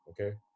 okay